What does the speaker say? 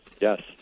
yes